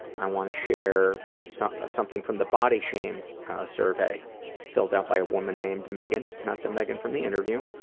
i want to share so ah something from the body shame survey filled out by a woman named megan, not the megan from the interview,